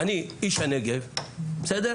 אני, איש הנגב, יכול